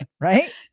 Right